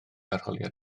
arholiad